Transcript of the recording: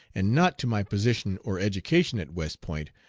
and not to my position or education at west point,